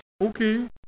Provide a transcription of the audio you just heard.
Okay